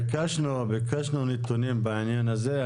ביקשנו נתונים בעניין הזה.